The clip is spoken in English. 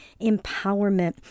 empowerment